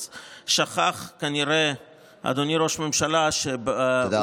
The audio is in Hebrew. אז כנראה שכח אדוני ראש הממשלה, תודה רבה.